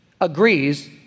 agrees